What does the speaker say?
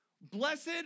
Blessed